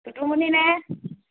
টুটুমণিনে